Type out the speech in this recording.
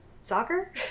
soccer